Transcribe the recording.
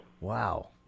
Wow